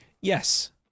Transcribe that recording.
Yes